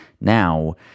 now